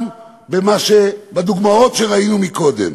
גם בדוגמאות שראינו קודם.